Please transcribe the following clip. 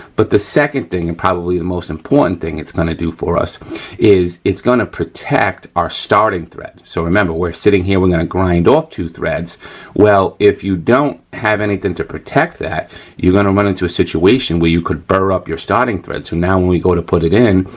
but the second thing and probably the most important thing it's gonna do for us is it's gonna protect our starting thread. so, remember we're sitting here, we're gonna grind off two threads well if you don't have anything to protect that you're gonna run into a situation where you could bur up your starting threads so now when we go to put it in,